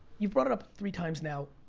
you've brought it up three times now.